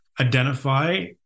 identify